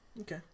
Okay